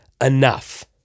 enough